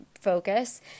focus